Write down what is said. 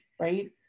Right